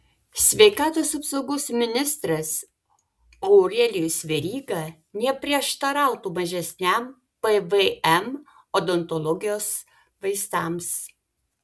sveikatos apsaugos ministras aurelijus veryga neprieštarautų mažesniam pvm odontologijos vaistams